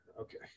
Okay